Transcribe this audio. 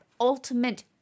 ultimate